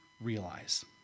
realize